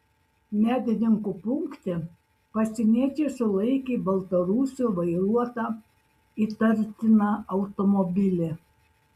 medininkų punkte pasieniečiai sulaikė baltarusio vairuotą įtartiną automobilį